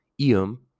ium